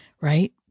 right